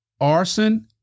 arson